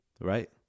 right